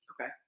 Okay